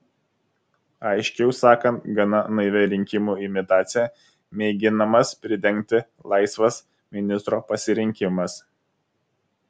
aiškiau sakant gana naivia rinkimų imitacija mėginamas pridengti laisvas ministro pasirinkimas